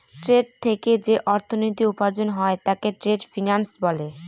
trade থেকে যে অর্থনীতি উপার্জন হয় তাকে ট্রেড ফিন্যান্স বলে